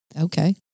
Okay